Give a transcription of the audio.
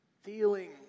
feeling